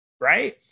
right